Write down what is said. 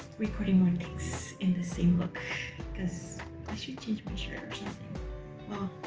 recording one in the same look because i should change my shirt well